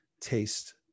taste